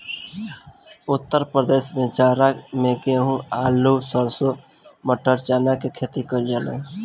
उत्तर प्रदेश में जाड़ा में गेंहू, आलू, सरसों, मटर, चना के खेती कईल जाला